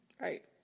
Right